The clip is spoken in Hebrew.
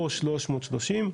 או 330,